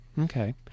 Okay